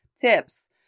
tips